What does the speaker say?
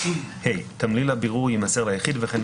(ה) תמליל הבירור יימסר ליחיד וכן